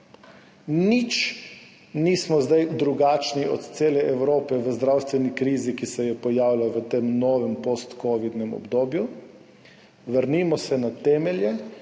Zdaj nismo nič drugačni od cele Evrope v zdravstveni krizi, ki se je pojavila v tem novem postkovidnem obdobju. Vrnimo se na temelje,